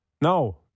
No